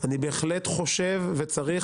אני בהחלט חושב וצריך,